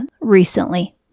recently